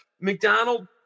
McDonald